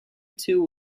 too